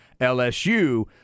LSU